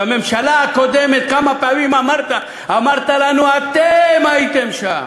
הממשלה הקודמת, כמה פעמים אמרת לנו: אתם הייתם שם?